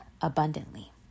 abundantly